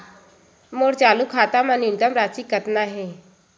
मोर चालू खाता मा न्यूनतम राशि कतना हे?